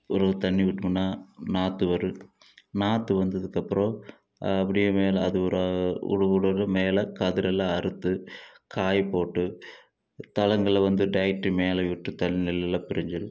பிறவு தண்ணி விட்டோம்னா நாற்று வரும் நாற்று வந்ததுக்கப்புறம் அப்படியே மேல் அது ஒரு ஒரு ஒரு மேல் கதிரெல்லாம் அறுத்து காய போட்டு தளங்களை வந்து டைட்டு மேல விட்டு தண்ணி நெல்லுலாம் பிரிஞ்சிடும்